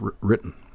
written